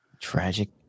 tragic